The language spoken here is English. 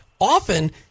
often